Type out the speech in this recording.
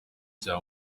cya